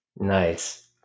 Nice